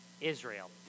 Israel